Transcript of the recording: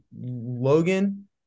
Logan